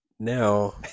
Now